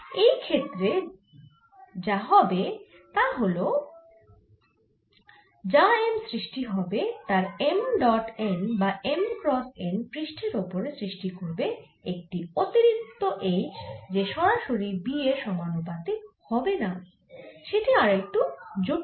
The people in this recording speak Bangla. এই ক্ষেত্রে যা হবে তা হলে যা M সৃষ্টি হবে তার M ডট n বা M ক্রস n পৃষ্ঠের ওপরে সৃষ্টি করবে একটি অতিরিক্ত H যে সরাসরি B এর সমানুপাতিক হবে না সেটি আরও একটু জটিল